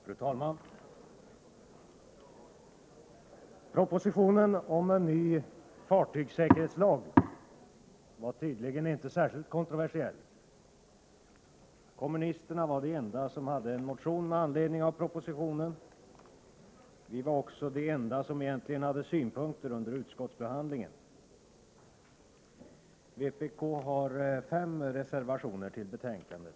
Fru talman! Propositionen om en ny fartygssäkerhetslag var tydligen inte särskilt kontroversiell. Kommunisterna var de enda som väckte en motion med anledning av propositionen. Kommunisterna var också egentligen de enda som hade synpunkter under utskottsbehandlingen. Vpk har fogat fem reservationer till betänkandet.